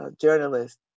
journalist